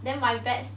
then my batch